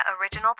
Original